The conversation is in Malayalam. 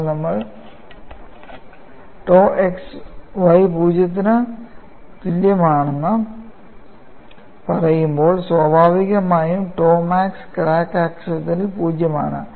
എന്നാൽ നമ്മൾ tau xy 0 ന് തുല്യമാണെന്ന് പറയുമ്പോൾ സ്വാഭാവികമായി tau max ക്രാക്ക് അക്ഷത്തിൽ 0 ആണ്